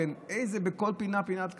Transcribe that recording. בכל פינה פינת קפה,